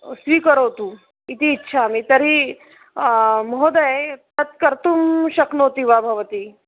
स्वीकरोतु इति इच्छामि तर्हि महोदये तत् कर्तुं शक्नोति वा भवती